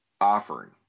offering